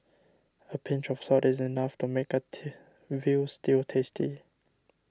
a pinch of salt is enough to make a till Veal Stew tasty